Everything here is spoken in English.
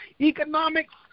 economics